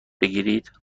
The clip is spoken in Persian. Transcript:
بگیرید